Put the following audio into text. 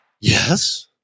yes